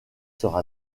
sera